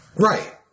Right